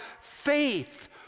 faith